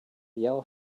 yellow